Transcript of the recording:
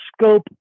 scope